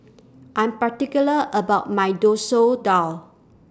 I'm particular about My Dosoor Dal